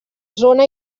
zona